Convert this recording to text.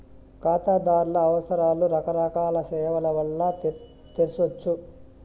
కాతాదార్ల అవసరాలు రకరకాల సేవల్ల వల్ల తెర్సొచ్చు